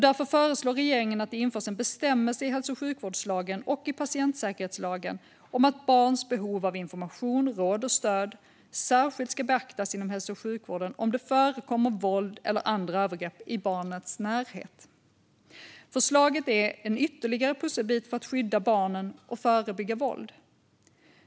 Därför föreslår regeringen att det införs en bestämmelse i hälso och sjukvårdslagen och i patientsäkerhetslagen om att barns behov av information, råd och stöd särskilt ska beaktas inom hälso och sjukvården om det förekommer våld eller andra övergrepp i barnets närhet. Förslaget är en ytterligare pusselbit för att skydda barnen och förebygga våld.